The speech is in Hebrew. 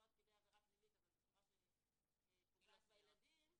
לא עד כדי עבירה פלילית אבל בצורה שפוגעת בהם,